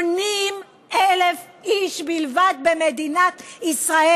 80,000 איש בלבד במדינת ישראל.